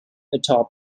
atop